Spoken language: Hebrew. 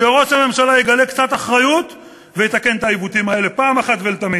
ראש הממשלה יגלה קצת אחריות ויתקן את העיוותים האלה פעם אחת ולתמיד.